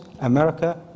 America